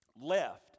left